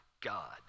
God